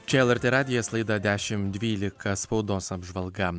čia lrt radijas laida dešim dvylika spaudos apžvalga